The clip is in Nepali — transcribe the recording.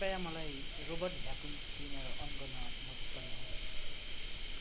कृपया मलाई रोबट भ्याकुम क्लिनर अन गर्न मद्दत गर्नुहोस्